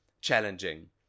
challenging